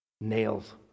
Nails